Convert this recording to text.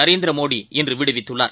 Narendra Modi இன்றுவிடுவித்துள்ளார்